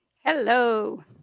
Hello